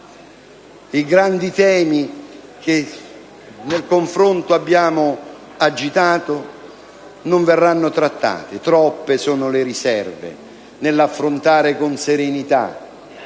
i grandi temi che nel confronto abbiamo agitato non verranno trattati. Troppe sono le riserve nell'affrontare con serenità